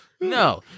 no